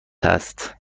است